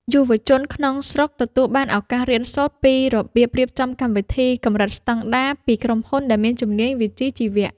យុវជនក្នុងស្រុកទទួលបានឱកាសរៀនសូត្រពីរបៀបរៀបចំកម្មវិធីកម្រិតស្តង់ដារពីក្រុមហ៊ុនដែលមានជំនាញវិជ្ជាជីវៈ។